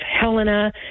Helena